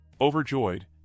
Overjoyed